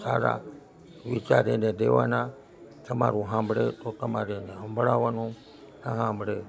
સારા વિચાર એને દેવાના તમારું સાંભળે તો તમારે એને સંભળાવાનું ના સાંભળે